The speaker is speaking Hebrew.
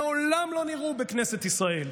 מעולם לא נראו בכנסת ישראל.